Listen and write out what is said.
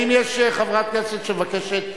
האם יש חברת כנסת שמבקשת,